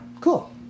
cool